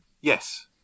Yes